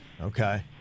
okay